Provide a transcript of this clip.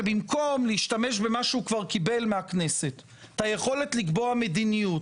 שבמקום להשתמש במה שהוא כבר קיבל מהכנסת את היכולת לקבוע מדיניות,